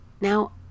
Now